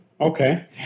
Okay